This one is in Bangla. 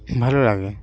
ভালো লাগে